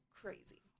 crazy